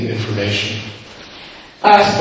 information